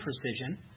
precision